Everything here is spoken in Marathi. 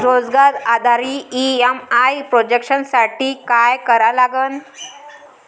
रोजगार आधारित ई.एम.आय प्रोजेक्शन साठी का करा लागन?